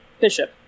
Bishop